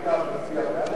היית מצביע בעד החוק?